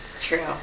True